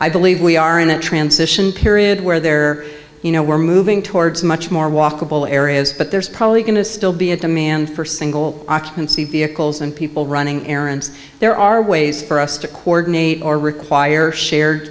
i believe we are in a transition period where there are you know we're moving towards much more walkable areas but there's probably going to still be a demand for single occupancy vehicles and people running errands there are ways for us to quo or require shared